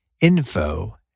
info